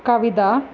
कविता